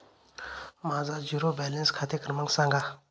माझा zero balance खाते क्रमांक सांगा